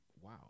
wow